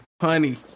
honey